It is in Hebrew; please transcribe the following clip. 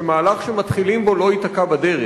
שמהלך שמתחילים בו לא ייתקע בדרך.